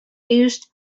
used